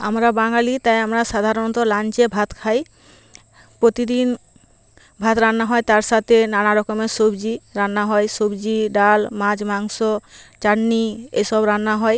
আমরা বাঙালি তাই আমরা সাধারণত লাঞ্চে ভাত খাই প্রতিদিন ভাত রান্না হয় তার সাতে নানা রকমের সবজি রান্না হয় সবজি ডাল মাছ মাংস চাটনি এসব রান্না হয়